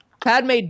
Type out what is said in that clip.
Padme